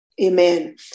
Amen